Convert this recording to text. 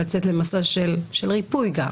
לצאת למסע גם של ריפוי.